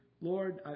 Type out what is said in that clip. Lord